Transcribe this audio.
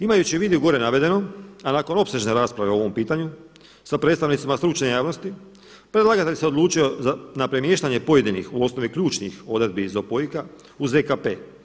Imajući u vidu i gore navedeno a nakon opsežne rasprave o ovom pitanju sa predstavnicima stručne javnosti predlagatelj se odlučio na premiještanje pojedinih u osnovi ključnih odredbi iz ZOPOIK-a u ZKP.